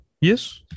Yes